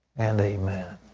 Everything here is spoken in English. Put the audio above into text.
and amen.